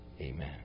Amen